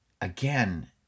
again